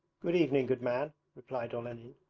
good evening, good man replied olenin.